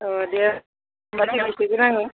अ दे होनबालाय लांफैगोन आङो